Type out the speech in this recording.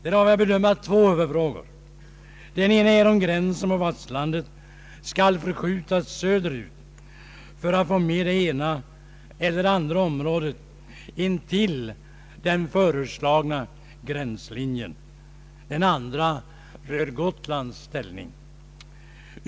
Där har vi att bedöma två huvudfrågor. Den ena är om gränsen på fastlandet skall förskjutas söderut för att man skall få med det ena eller andra området intill den föreslagna gränslinjen. Den andra rör Gotlands ställning.